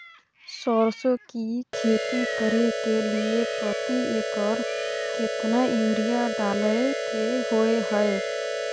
सरसो की खेती करे के लिये प्रति एकर केतना यूरिया डालय के होय हय?